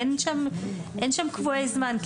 אין שם קבועי זמן.